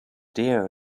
dear